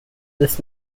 this